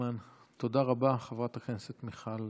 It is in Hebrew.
תודה רבה, חברת הכנסת מיכל